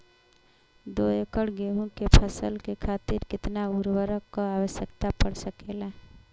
दो एकड़ गेहूँ के फसल के खातीर कितना उर्वरक क आवश्यकता पड़ सकेल?